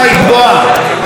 עליה נאמר,